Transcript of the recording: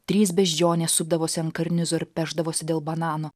trys beždžionės supdavosi ant karnizo ir pešdavosi dėl banano